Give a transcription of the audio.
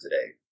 today